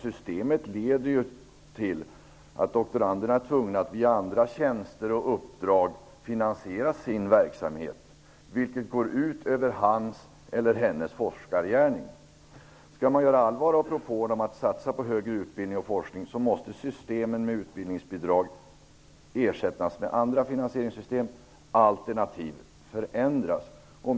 Systemet leder till att doktoranderna är tvungna att finansiera sin verksamhet med andra tjänster och uppdrag. Det går ut över hans eller hennes forskargärning. Om man skall göra allvar av propån att satsa på högre utbildning och forskning måste systemet med utbildningsbidrag ersättas med andra finansieringssystem eller förändras.